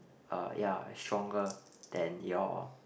uh ya stronger than your